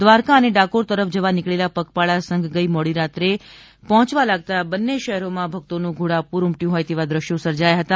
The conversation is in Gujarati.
દ્વારકા અને ડાકોર તરફ જવા નીકળેલા પગપાળા સંઘ ગઈ મોડી રાત્રે પહોચવા લગતા બંને શહેરમાં ભક્તો નું ધોડાપૂર ઊમટ્યું હોય તેવા દ્રશ્યો સર્જાયા હતા